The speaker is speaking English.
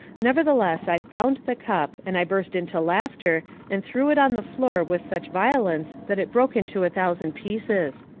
nevertheless, i found the cup and i burst into laughter and threw it on the floor with such violence that it broke into a thousand pieces.